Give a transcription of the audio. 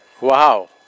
Wow